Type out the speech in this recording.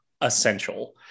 essential